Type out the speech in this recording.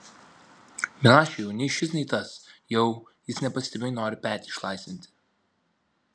milašiui jau nei šis nei tas jau jis nepastebimai nori petį išlaisvinti